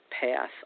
Path